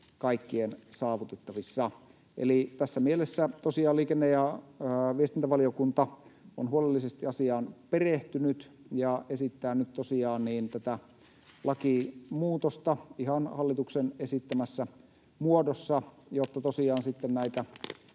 kaikkien saavutettavissa. Eli tässä mielessä liikenne- ja viestintävaliokunta on huolellisesti asiaan perehtynyt ja esittää nyt tätä lakimuutosta ihan hallituksen esittämässä muodossa, jotta näitä